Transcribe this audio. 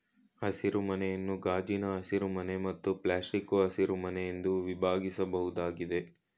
ಹಸಿರುಮನೆಯನ್ನು ಗಾಜಿನ ಹಸಿರುಮನೆ ಮತ್ತು ಪ್ಲಾಸ್ಟಿಕ್ಕು ಹಸಿರುಮನೆ ಎಂದು ವಿಭಾಗಿಸ್ಬೋದಾಗಿದೆ